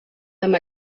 amb